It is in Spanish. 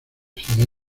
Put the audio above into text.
sin